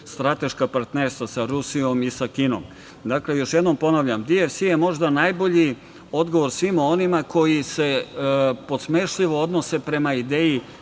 strateška partnerstva, sa Rusijom i sa Kinom. Dakle, još jednom ponavljam, DFC je možda najbolji odgovor svima onima koji se podsmešljivo odnose prema ideji